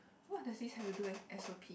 what does this have to do with s_o_p